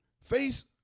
Face